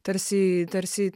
tarsi tarsi